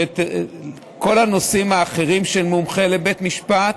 שכל הנושאים האחרים של מומחה לבית משפט